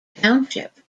township